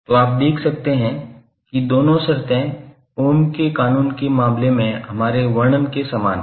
तो आप देख सकते हैं कि दोनों शर्तें ओहम के कानून के मामले में हमारे वर्णन के समान हैं